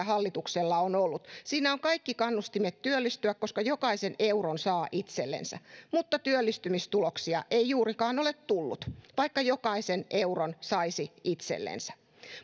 hallituksella on ollut siinä on kaikki kannustimet työllistyä koska jokaisen euron saa itsellensä mutta työllistymistuloksia ei juurikaan ole tullut vaikka jokaisen euron saisi itsellensä